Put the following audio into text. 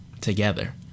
together